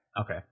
Okay